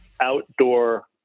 outdoor